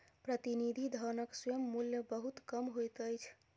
प्रतिनिधि धनक स्वयं मूल्य बहुत कम होइत अछि